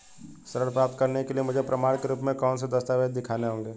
ऋण प्राप्त करने के लिए मुझे प्रमाण के रूप में कौन से दस्तावेज़ दिखाने होंगे?